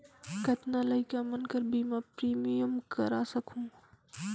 कतना लइका मन कर बीमा प्रीमियम करा सकहुं?